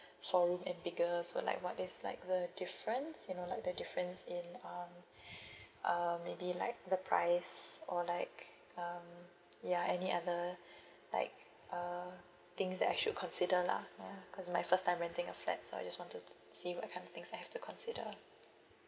four room or bigger so like what is like a difference you know like the difference in um um maybe like the price or like um ya any other like uh things that I should consider lah ya cause my first time renting a flat so I just want to see what kind of things I have to consider